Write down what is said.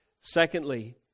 Secondly